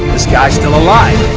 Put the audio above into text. this guy's still alive